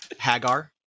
Hagar